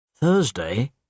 Thursday